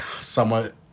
somewhat